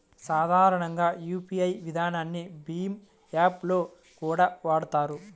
సాధారణంగా యూపీఐ విధానాన్ని భీమ్ యాప్ లో కూడా వాడతారు